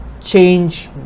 change